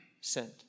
sent